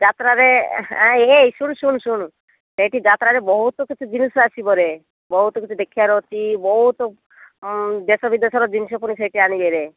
ଯାତ୍ରାରେ ଏଇ ଶୁଣ୍ ଶଣ୍ ଶଣ୍ ସେଇଠି ଯାତ୍ରାରେ ବହୁତ କିଛି ଜିନିଷ ଆସିବରେ ବହୁତ କିଛି ଦେଖିବାର ଅଛି ବହୁତ ଦେଶ ବିଦେଶର ଜିନିଷ ପୁଣି ସେଇଠି ଆଣିବେରେ